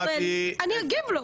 אנחנו